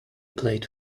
played